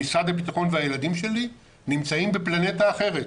או משרד הביטחון והילדים שלי, נמצאים בפלנטה אחרת.